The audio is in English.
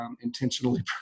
intentionally